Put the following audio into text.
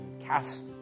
Cast